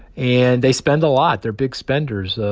and they spend a lot. they're big spenders. ah